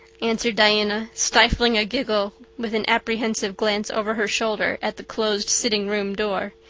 answered diana, stifling a giggle with an apprehensive glance over her shoulder at the closed sitting-room door.